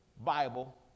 Bible